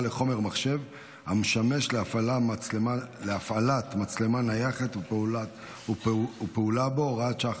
לחומר מחשב המשמש להפעלת מצלמה נייחת ופעולה בו (הוראת שעה,